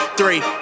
three